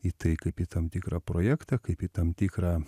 į tai kaip į tam tikrą projektą kaip į tam tikrą